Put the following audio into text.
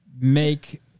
make